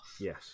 Yes